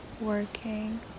working